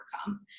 overcome